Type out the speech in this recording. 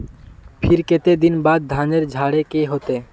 फिर केते दिन बाद धानेर झाड़े के होते?